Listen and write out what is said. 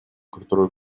которую